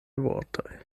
vortoj